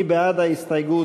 מי בעד ההסתייגות?